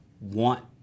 want